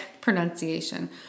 pronunciation